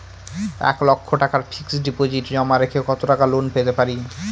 এক লক্ষ টাকার ফিক্সড ডিপোজিট জমা রেখে কত টাকা লোন পেতে পারি?